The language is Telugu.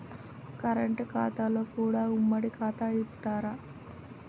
కరెంట్ ఖాతాలో కూడా ఉమ్మడి ఖాతా ఇత్తరా?